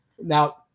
now